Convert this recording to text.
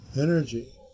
energy